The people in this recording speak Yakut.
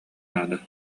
наада